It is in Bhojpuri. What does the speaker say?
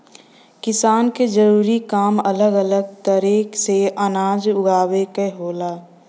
किसान क जरूरी काम अलग अलग तरे से अनाज उगावे क होला